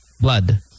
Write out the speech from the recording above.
Blood